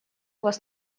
вас